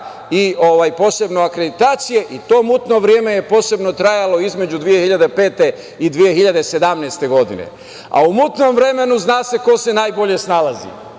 i posebno akreditacije. To mutno vreme je posebno trajalo između 2005. i 2017. godine. U mutnom vremenu zna se ko se najbolje snalazi.